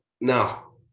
now